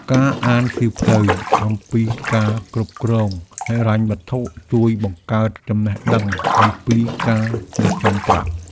ការអានសៀវភៅអំពីការគ្រប់គ្រងហិរញ្ញវត្ថុជួយបង្កើតចំណេះដឹងអំពីការសន្សុំប្រាក់។